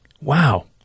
Wow